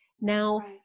Now